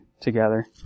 together